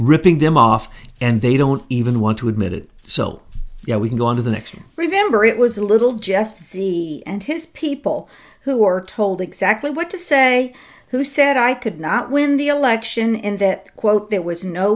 ripping them off and they don't even want to admit it so we can go on to the next you remember it was a little jeff the and his people who are told exactly what to say who said i could not win the election in that quote that was no